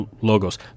logos